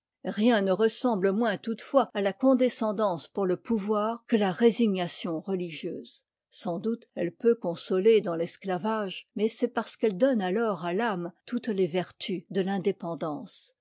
rien ne ressemble moins toutefois à la condescendance pour le pouvoir que la résignation religieuse sans doute elle peut consoler dans l'esclavage mais c'est parce qu'elle donne alors à l'âme toutes les vertus de l'indépendance